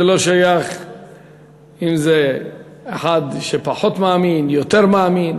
זה לא שייך אם זה אחד שפחות מאמין או יותר מאמין,